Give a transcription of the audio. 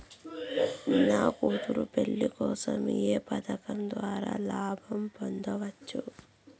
నా కూతురు పెళ్లి కోసం ఏ పథకం ద్వారా లాభం పొందవచ్చు?